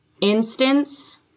instance